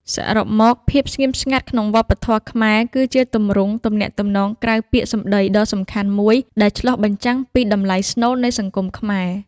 សរុបមក ភាពស្ងៀមស្ងាត់ក្នុងវប្បធម៌ខ្មែរគឺជាទម្រង់ទំនាក់ទំនងក្រៅពាក្យសំដីដ៏សំខាន់មួយ ដែលឆ្លុះបញ្ចាំងពីតម្លៃស្នូលនៃសង្គមខ្មែរ។